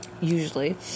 usually